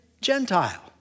Gentile